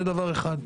זה דבר אחד.